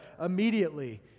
Immediately